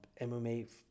MMA